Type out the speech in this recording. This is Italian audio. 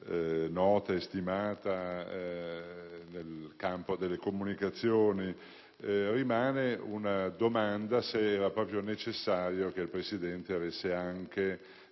nota e stimata nel campo delle comunicazioni, rimane la domanda se fosse proprio necessario che il presidente avesse anche